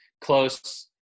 close